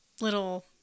little